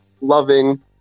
loving